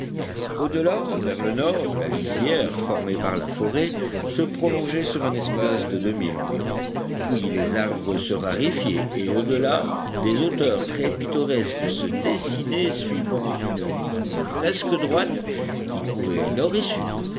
delà vers le nord la lisière formée par la forêt se prolongeait sur un espace de deux milles environ puis les arbres se raréfiaient et au delà des hauteurs très pittoresques se dessinaient suivant une ligne presque droite qui courait nord et sud